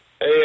Hey